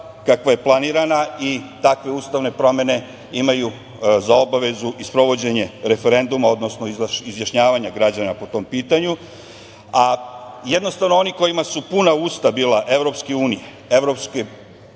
kakva je planirana i takve ustavne promene imaju za obavezu i sprovođenje referenduma, odnosno izjašnjavanje građana po tom pitanju, a jednostavno oni kojima su puna usta bila Evropske unije, evropske